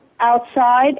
Outside